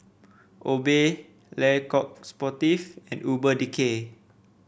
Obey Le Coq Sportif and Urban Decay